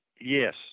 yes